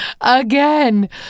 again